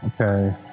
Okay